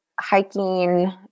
hiking